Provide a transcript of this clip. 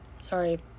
sorry